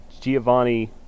Giovanni